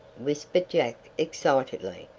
whispered jack excitedly.